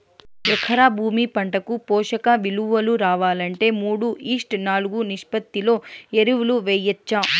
ఎకరా భూమి పంటకు పోషక విలువలు రావాలంటే మూడు ఈష్ట్ నాలుగు నిష్పత్తిలో ఎరువులు వేయచ్చా?